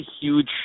huge